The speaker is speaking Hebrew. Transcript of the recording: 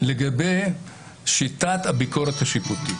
לגבי שיטת הביקורת השיפוטית.